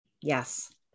Yes